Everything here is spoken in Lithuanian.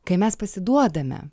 kai mes pasiduodame